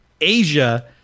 Asia